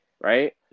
right